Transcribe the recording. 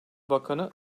bakanı